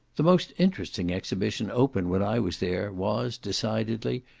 the most interesting exhibition open when i was there was, decidedly,